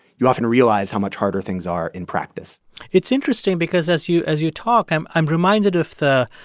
you often realize how much harder things are in practice it's interesting because as you as you talk, i'm i'm reminded of the,